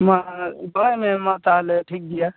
ᱢᱟ ᱫᱚᱦᱚᱭᱢᱮ ᱢᱟᱛᱟᱦᱚᱞᱮ ᱴᱷᱤᱠ ᱜᱮᱭᱟ